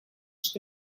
что